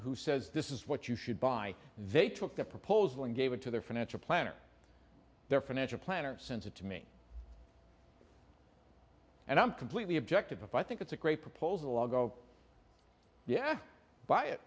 who says this is what you should buy they took the proposal and gave it to their financial planner their financial planner sent it to me and i'm completely objective if i think it's a great proposal i'll go yeah buy it